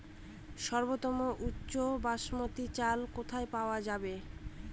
সর্বোওম উচ্চ বাসমতী চাল কোথায় পওয়া যাবে?